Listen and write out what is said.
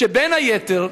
שבין היתר,